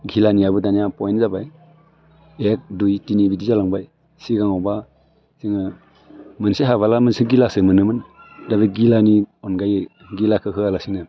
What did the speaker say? घिलानियाबो दानिया पयेन्ट जाबाय एक दुइ थिनि बिदि जालांबाय सिगाङावबा जोङो मोनसे हाबोला मोनसे घिलासो मोनोमोन दा घिलानि अनगायै घिलाखौ होआलासेनो